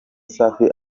safi